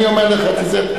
אני אומר לך, תיזהר.